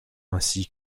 ainsi